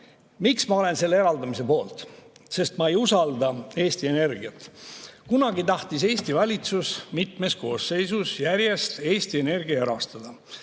miks ma olen eraldamise poolt? Sest ma ei usalda Eesti Energiat. Kunagi tahtis Eesti valitsus mitmes koosseisus järjest Eesti Energia erastada.